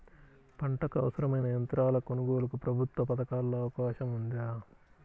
పంటకు అవసరమైన యంత్రాల కొనగోలుకు ప్రభుత్వ పథకాలలో అవకాశం ఉందా?